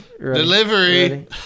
Delivery